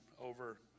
over